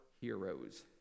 heroes